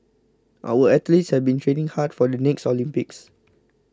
our athletes have been training hard for the next Olympics